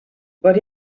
but